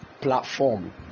platform